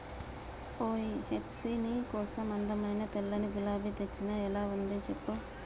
ఓయ్ హెప్సీ నీ కోసం అందమైన తెల్లని గులాబీ తెచ్చిన ఎలా ఉంది సెప్పు